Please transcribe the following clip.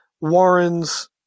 Warren's